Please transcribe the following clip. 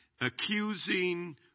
accusing